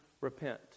repent